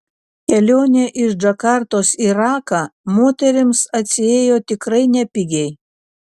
kelionė iš džakartos į raką moterims atsiėjo tikrai nepigiai